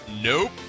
nope